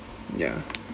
ya